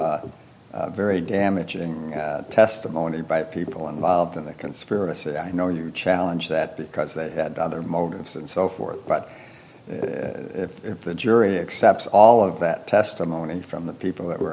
some very damaging testimony by people involved in the conspiracy i know you're challenge that because they had other motives and so forth but if the jury accepts all of that testimony from the people that were